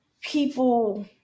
people